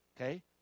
Okay